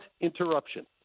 interruption